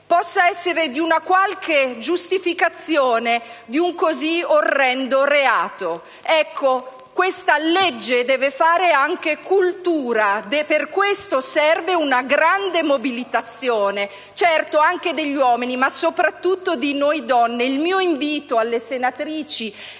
propria moglie possa giustificare un così orrendo reato. Ecco, questa legge deve fare anche cultura. Per questo serve una grande mobilitazione, certo anche degli uomini, ma soprattutto di noi donne. Il mio invito alle senatrici